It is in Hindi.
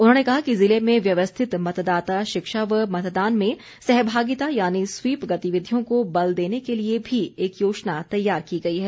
उन्होंने कहा कि जिले में व्यवस्थित मतदाता शिक्षा व मतदान में सहभागिता यानि स्वीप गतिविधियों को बल देने के लिए भी एक योजना तैयार की गई है